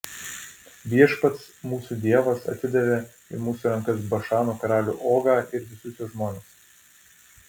viešpats mūsų dievas atidavė į mūsų rankas bašano karalių ogą ir visus jo žmones